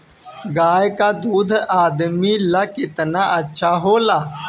गाय का दूध आदमी ला कितना अच्छा होला?